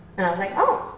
and i was like, oh,